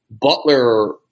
Butler